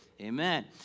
Amen